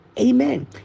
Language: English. Amen